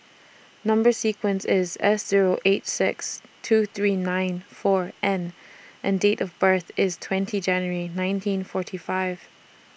Number sequence IS S Zero eight six two three nine four N and Date of birth IS twenty January nineteen forty five